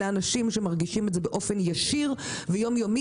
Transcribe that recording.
אלה אנשים שמרגישים את זה באופן ישיר ויומיומי,